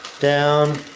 down.